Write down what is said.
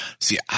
See